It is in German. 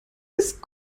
ist